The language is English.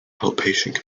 outpatient